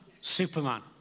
Superman